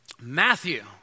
Matthew